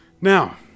now